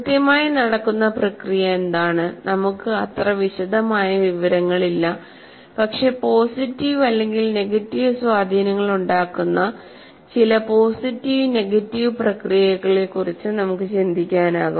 കൃത്യമായി നടക്കുന്ന പ്രക്രിയ എന്താണ് നമുക്ക് അത്ര വിശദമായ വിവരങ്ങളില്ല പക്ഷേ പോസിറ്റീവ് അല്ലെങ്കിൽ നെഗറ്റീവ് സ്വാധീനങ്ങളുണ്ടാക്കുന്ന ചില പോസിറ്റീവ് നെഗറ്റീവ് പ്രക്രിയകളെക്കുറിച്ച് നമുക്ക് ചിന്തിക്കാനാകും